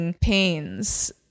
pains